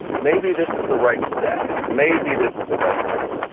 maybe this is the right staff. maybe this is the right crew.